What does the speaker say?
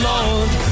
Lord